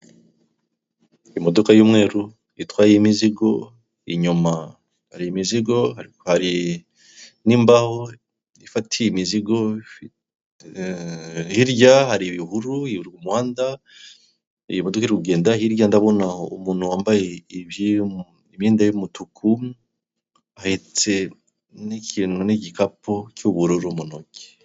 Imodoka y'umweru itwaye imizigo, inyuma hari imizigo ariko hari n'imbaho ifatiye imizigo, hirya hari ibihuru umuhanda iburyo rugenda hirya ndabona aho umuntu wambaye imyenda y'umutuku, ahetse n'kintu n'igikapu cy'ubururu mu ntoki.